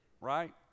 Right